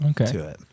Okay